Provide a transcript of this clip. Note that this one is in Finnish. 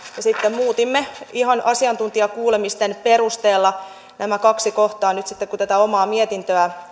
muutimme ihan asiantuntijakuulemisten perusteella nämä kaksi kohtaa nyt kun tätä omaa mietintöä